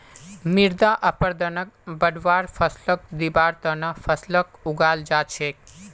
मृदा अपरदनक बढ़वार फ़सलक दिबार त न फसलक उगाल जा छेक